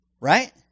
right